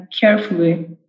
carefully